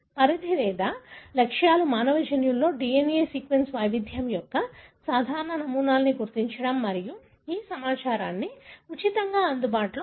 పరిధి లేదా లక్ష్యాలు మానవ జన్యువులో DNA సీక్వెన్స్ వైవిధ్యం యొక్క సాధారణ నమూనాలను గుర్తించడం మరియు ఈ సమాచారాన్ని ఉచితంగా అందుబాటులో ఉంచడం